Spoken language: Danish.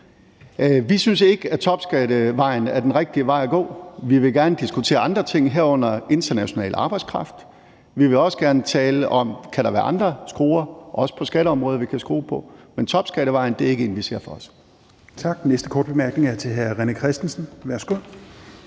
Vi synes ikke, at topskattevejen er den rigtige vej at gå. Vi vil gerne diskutere andre ting, herunder international arbejdskraft. Vi vil også gerne tale om, om der kan være andre skruer, også på skatteområdet, vi kan skrue på – men topskattevejen er ikke en, vi ser for os.